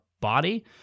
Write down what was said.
body